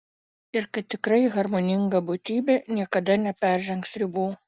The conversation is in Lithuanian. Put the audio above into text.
ir kad tikrai harmoninga būtybė niekada neperžengs ribų